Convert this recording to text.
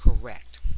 correct